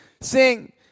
sing